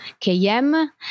KM